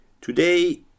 Today